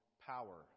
power